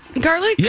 Garlic